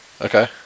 Okay